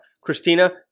christina